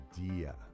idea